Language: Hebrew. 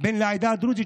בן לעדה הדרוזית,